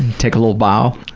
take a little bow?